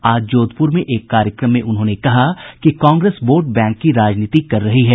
आज जोधपुर में एक कार्यक्रम में उन्होंने कहा कि कांग्रेस वोट बैंक की राजनीति कर रही है